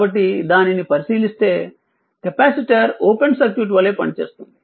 కాబట్టి దానిని పరిశీలిస్తే కెపాసిటర్ ఓపెన్ సర్క్యూట్ వలె పనిచేస్తుంది